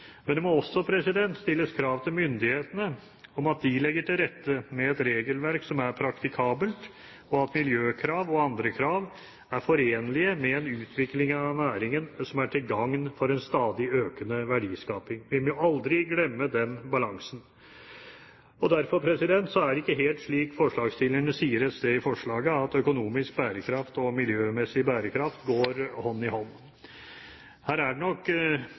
Men det må også stilles krav til myndighetene om at de legger til rette for et regelverk som er praktikabelt, og at miljøkrav og andre krav er forenelige med en utvikling av næringen som er til gagn for en stadig økende verdiskaping. Vi må aldri glemme den balansen. Derfor er det ikke helt slik som forslagsstillerne sier et sted i forslaget, at økonomisk bærekraft og miljømessig bærekraft går hånd i hånd. Her er det nok